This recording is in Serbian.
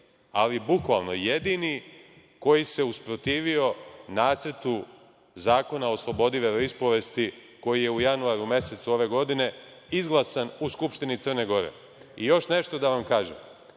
ali bukvalno jedini, koji se usprotivio Nacrtu zakona o slobodi veroispovesti, koji je u januaru mesecu ove godine izglasan u Skupštini Crne Gore.I još nešto da vam kažem,